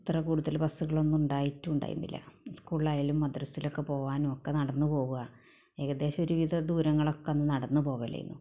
ഇത്ര കൂടുതല് ബസ്സുകളൊന്നും ഉണ്ടായിട്ടിരുന്നില്ല സ്കൂളിയാലും മദ്രസിയിലായാലും പോകാനും ഒക്കെ നടന്ന് പോകാൻ ഏകദേശം ഒരുവിധം ദൂരങ്ങളൊക്കെ അന്ന് നടന്ന് പോകലാണ്